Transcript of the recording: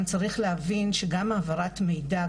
גם צריך להבין שגם העברת מידע,